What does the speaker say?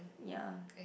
ya